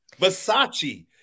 Versace